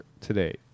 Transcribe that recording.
today